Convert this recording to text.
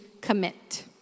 commit